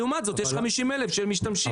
לעומת זאת, יש 50,000 של משתמשים.